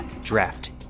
Draft